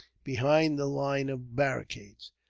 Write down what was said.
behind the line of barricades.